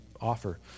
offer